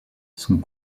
sont